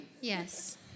Yes